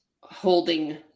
holding